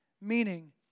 Meaning